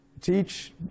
teach